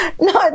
No